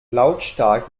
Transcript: lautstark